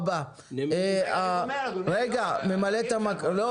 והרבה מאוד עוסקים בנמלים,